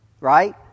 right